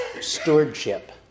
stewardship